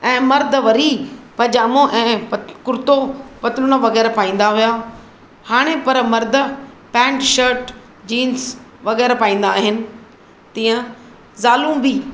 ऐं मर्द वरी पैजामो ऐं पतलु कुरितो पतलून वग़ैरह पाईंदा हुया हाणे पर मर्द पेन्ट शर्ट जीन्स वग़ैरह पाईंदा आहिनि तीअं ज़ालू बि